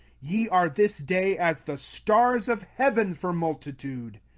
ye are this day as the stars of heaven for multitude.